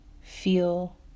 feel